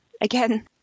again